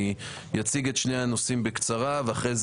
אני אציג את שני הנושאים בקצרה ואם